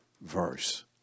verse